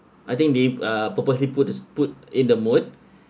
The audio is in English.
I think they uh purposely put put in the mood